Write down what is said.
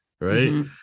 Right